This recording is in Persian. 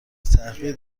تحقیق